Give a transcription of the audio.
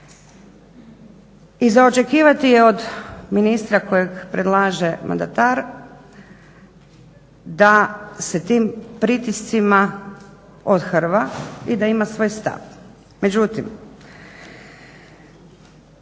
i za očekivati je od ministra kojeg predlaže mandatar da se tim pritiscima othrva i da ima svoj stav.